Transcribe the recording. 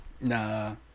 Nah